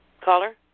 Caller